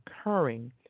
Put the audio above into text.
occurring